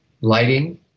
lighting